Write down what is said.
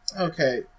Okay